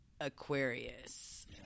Aquarius